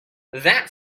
that